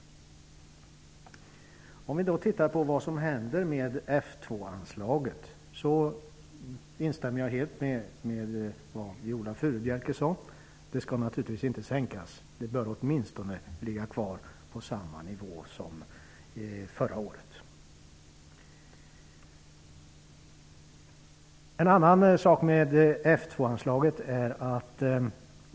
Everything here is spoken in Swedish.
Låt oss då titta på vad som händer med F 2 anslaget. Jag instämmer helt med vad Viola Furubjelke sade. Anslaget skall naturligtvis inte sänkas. Det bör åtminstone ligga kvar på samma nivå som förra året. Det finns vidare en annan sak som berör F 2 anslaget.